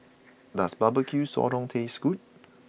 does Barbecue Sotong taste good